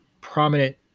prominent